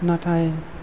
नाथाय